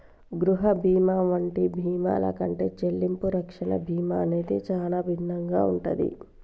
గృహ బీమా వంటి బీమాల కంటే చెల్లింపు రక్షణ బీమా అనేది చానా భిన్నంగా ఉంటాది